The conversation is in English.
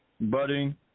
budding